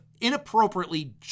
inappropriately